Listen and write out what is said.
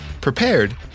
prepared